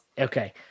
Okay